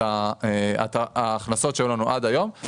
את ההכנסות שהיו לנו עד היום,